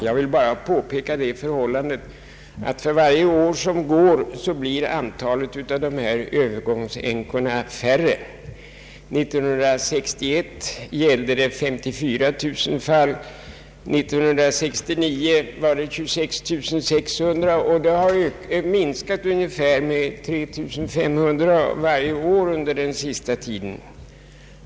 Jag vill bara påpeka det förhållandet att för varje år som går blir antalet av de här övergångsänkorna färre. År 1961 gällde det 54 000 fall, 1969 var det 26 600. Antalet har minskat med ungefär 3 500 varje år under den senaste tiden.